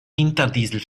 winterdiesel